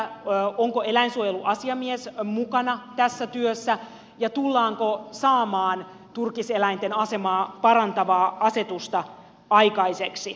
onko eläinsuojeluasiamies mukana tässä työssä ja tullaanko saamaan turkiseläinten asemaa parantavaa asetusta aikaiseksi